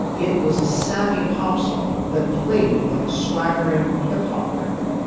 it was a savvy pop song that played like a swaggering hip hop record,